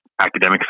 academic